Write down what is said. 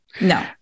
No